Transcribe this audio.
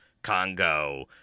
Congo